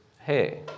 hey